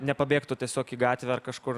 nepabėgtų tiesiog į gatvę ar kažkur